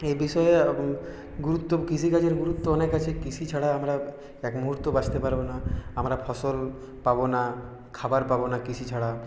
এ বিষয়ে গুরত্ব কৃষিকাজের গুরুত্ব অনেক আছে কৃষি ছাড়া আমরা এক মুহূর্ত বাঁচতে পারবো না আমরা ফসল পাবো না খাবার পাবো না কৃষি ছাড়া